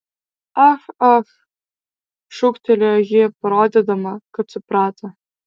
ah ah šūktelėjo ji parodydama kad suprato